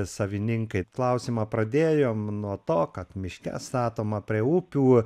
savininkai klausimą pradėjom nuo to kad miške statoma prie upių